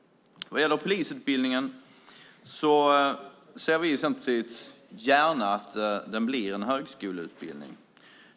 Vi i Centerpartiet ser gärna att polisutbildningen blir en högskoleutbildning.